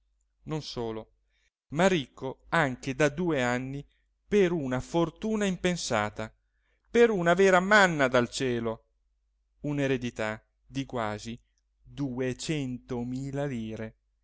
non solo ma ricco anche da due anni per una fortuna impensata per una vera manna dal cielo una eredità di quasi duecentomila lire